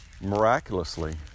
miraculously